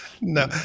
no